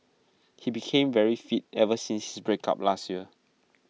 he became very fit ever since his breakup last year